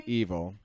evil